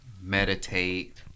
meditate